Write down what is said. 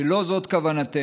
שלא זאת כוונתנו.